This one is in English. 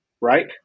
right